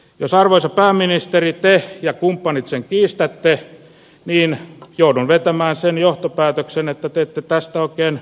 jos arvoisa pääministeri te ja kumppanit sen kiistätte niin joudun vetämään sen johtopäätöksen että te ette tästä oikein sitten tiedä